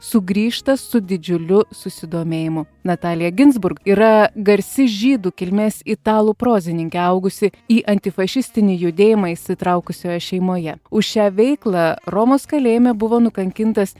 sugrįžta su didžiuliu susidomėjimu natalija ginzburg yra garsi žydų kilmės italų prozininkė augusi į antifašistinį judėjimą įsitraukusioje šeimoje už šią veiklą romos kalėjime buvo nukankintas